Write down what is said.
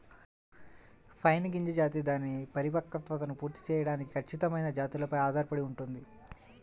pine గింజ జాతి దాని పరిపక్వతను పూర్తి చేయడానికి ఖచ్చితమైన జాతులపై ఆధారపడి ఉంటుంది